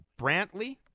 Brantley